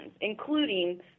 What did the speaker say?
including